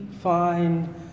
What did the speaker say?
find